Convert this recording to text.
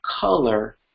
color